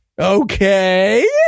Okay